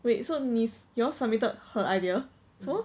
wait so 你 you all submitted her idea 什么